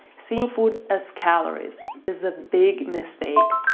seeing food as calories, is a big mistake.